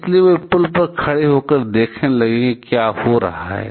इसलिए वे पुल पर खड़े होकर देखने लगे कि क्या हो रहा है